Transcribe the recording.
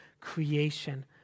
creation